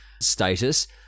status